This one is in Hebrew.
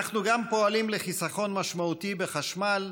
אנחנו גם פועלים לחיסכון משמעותי בחשמל,